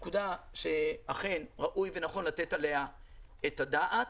זאת נקודה שאכן ראוי ונכון לתת עליה את הדעת.